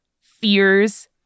fears